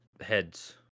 heads